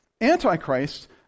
Antichrist